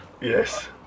Yes